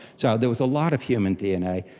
so there was a lot of human dna.